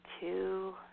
two